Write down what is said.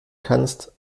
kannst